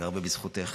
והרבה בזכותך.